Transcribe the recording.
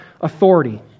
authority